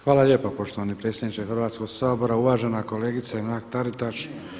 Hvala lijepa poštovani predsjedniče Hrvatskog sabora, uvažena kolegice Mrak-Taritaš.